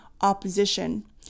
opposition